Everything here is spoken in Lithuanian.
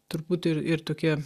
turbūt ir ir tokie